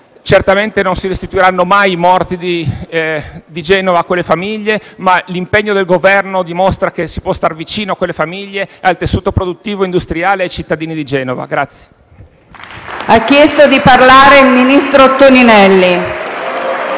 certamente non si restituiranno i morti di Genova alle loro famiglie, ma l'impegno del Governo dimostra che si può stare vicino a quelle famiglie, al tessuto produttivo e industriale e ai cittadini. *(Applausi dai